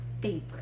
favorite